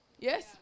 yes